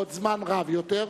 עוד זמן רב יותר,